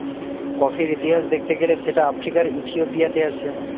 কফির ইতিহাস দেখতে গেলে সেটা আফ্রিকার ইথিওপিয়াতে আছে